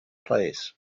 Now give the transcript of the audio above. place